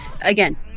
again